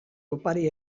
opari